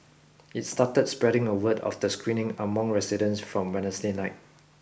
it started spreading the word of the screening among residents from Wednesday night